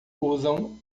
usam